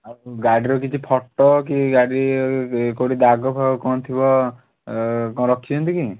ଆଉ ଗାଡ଼ିର କିଛି ଫୋଟ କି ଗାଡ଼ି କେଉଁଠି ଦାଗଫାଗ କ'ଣ ଥିବ କ'ଣ ରଖିଛନ୍ତି କି